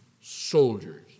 soldiers